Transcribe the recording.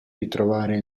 ritrovare